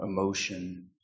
emotion